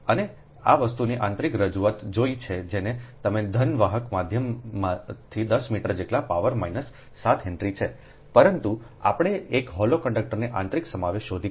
અમે આ વસ્તુની આંતરિક રજૂઆત જોઇ છે જેને તમે ઘન વાહક માધ્યમથી 10 મીટર જેટલા પાવર માઈનસ 7 હેનરી છે પરંતુ આપણે એક હોલો કંડક્ટરનો આંતરિક સમાવેશ શોધી કા